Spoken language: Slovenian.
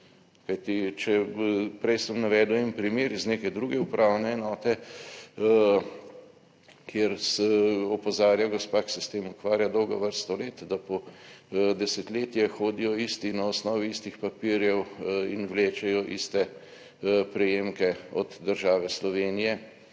če, prej sem navedel en primer iz neke druge upravne enote, kjer se opozarja gospa, ki se s tem ukvarja dolgo vrsto let, da po desetletje hodijo isti na osnovi istih papirjev in vlečejo iste prejemke od države Slovenije,